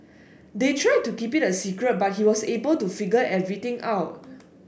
they tried to keep it a secret but he was able to figure everything out